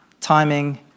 timing